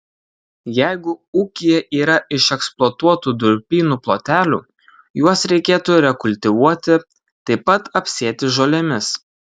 jeigu ūkyje yra išeksploatuotų durpynų plotelių juos reikėtų rekultivuoti taip pat apsėti žolėmis